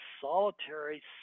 solitary